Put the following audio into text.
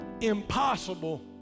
impossible